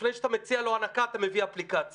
ולפני שאתה מציע לו הנקה אתה מביא אפליקציה.